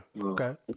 Okay